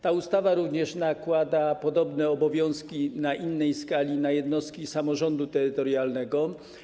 Ta ustawa również nakłada podobne obowiązki, w innej skali, na jednostki samorządu terytorialnego.